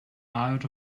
out